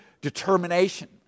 determination